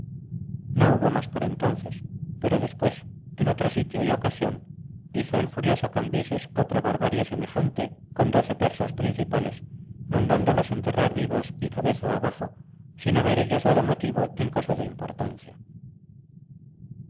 no hubo más por entonces pero después en otro sitio y ocasión hizo el furioso cambises otra barbarie semejante con doce persas principales mandándolos enterrar vivos y cabeza abajo sin haber ellos dado motivo en cosa de importancia